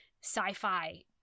sci-fi